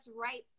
right